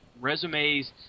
resumes